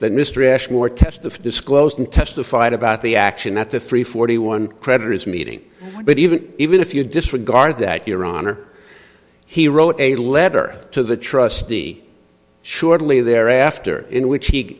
of disclosing testified about the action that the three forty one creditor is meeting but even even if you disregard that your honor he wrote a letter to the trustee shortly thereafter in which he